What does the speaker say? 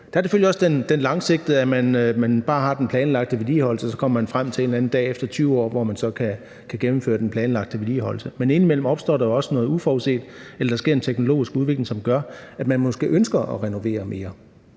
Der er selvfølgelig også det langsigtede, hvor man bare har den planlagte vedligeholdelse og man så kommer frem til en eller anden dag efter 20 år, hvor man så kan gennemføre den planlagte vedligeholdelse. Men indimellem opstår der jo også noget uforudset eller der sker en teknologisk udvikling, som gør, at man måske ønsker at renovere mere,